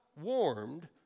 warmed